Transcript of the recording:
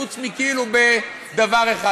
חוץ מכאילו בדבר אחד.